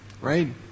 right